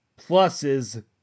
pluses